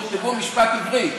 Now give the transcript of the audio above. תכתבו "משפט עברי",